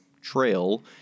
trail